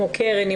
כמו קרן,